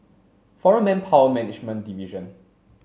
Foreign Manpower Management Division